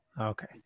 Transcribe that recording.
Okay